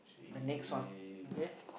the next one okay